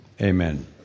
Amen